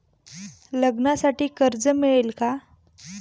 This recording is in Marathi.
लग्नासाठी कर्ज मिळेल का?